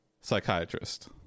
psychiatrist